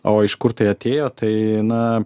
o iš kur tai atėjo tai na